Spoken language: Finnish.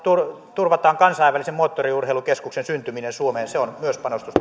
turvataan kansainvälisen moottoriurheilukeskuksen syntyminen suomeen se on myös panostus